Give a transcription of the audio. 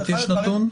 יש נתון?